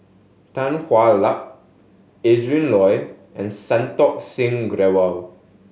Tan Hwa Luck Adrin Loi and Santokh Singh Grewal